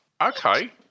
Okay